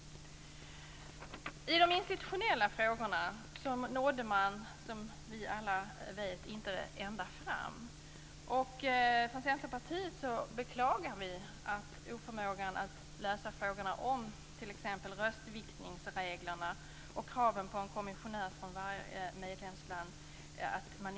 I de institutionella frågorna nådde man, som vi alla vet, inte ända fram. Vi beklagar från Centerpartiet oförmågan att lösa t.ex. frågan om röstviktningsreglerna och att man inte klarade att tillgodose kravet på en kommissionär från varje medlemsland.